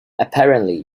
apparently